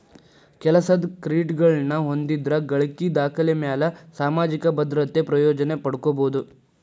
ಕೆಲಸದ್ ಕ್ರೆಡಿಟ್ಗಳನ್ನ ಹೊಂದಿದ್ರ ಗಳಿಕಿ ದಾಖಲೆಮ್ಯಾಲೆ ಸಾಮಾಜಿಕ ಭದ್ರತೆ ಪ್ರಯೋಜನ ಪಡ್ಕೋಬೋದು